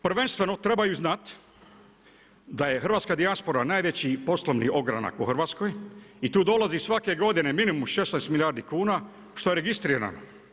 Prvenstveno trebaju znat da je hrvatska dijaspora najveći poslovni ogranak u Hrvatskoj i tu dolazi svake godine minimum 16 milijardi kuna što je registrirano.